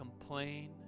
complain